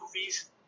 movies